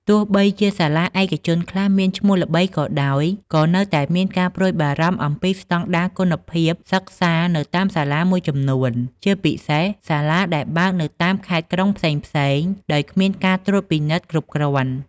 ទោះបីជាសាលាឯកជនខ្លះមានឈ្មោះល្បីក៏ដោយ ក៏នៅតែមានការព្រួយបារម្ភអំពីស្តង់ដារគុណភាពសិក្សានៅតាមសាលាមួយចំនួន ជាពិសេសសាលាដែលបើកនៅតាមខេត្តក្រុងផ្សេងៗ ដោយគ្មានការត្រួតពិនិត្យគ្រប់គ្រាន់។